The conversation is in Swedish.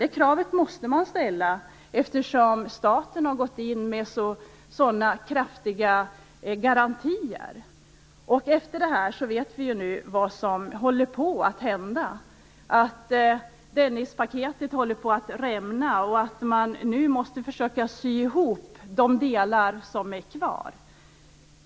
Det kravet måste man ställa eftersom staten har gått in med så kraftiga garantier. Vi vet vad som har hänt efter propositionen. Dennispaketet håller på att rämna, och man måste nu försöka sy ihop de delar som är kvar.